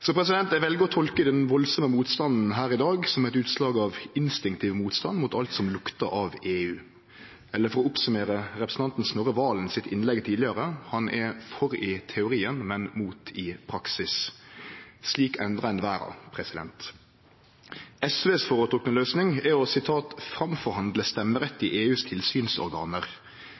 Eg vel å tolke den store motstanden her i dag som eit utslag av instinktiv motstand mot alt som luktar av EU, eller, for å summere opp representanten Snorre Serigstad Valens innlegg tidlegare: Han er for i teorien, men mot i praksis. Slik endrar ein verda. SVs føretrekte løysing er å forhandle fram stemmerett i EUs